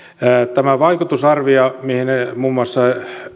tämä vaikutusarvio johon muun muassa